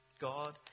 God